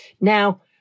Now